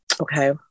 Okay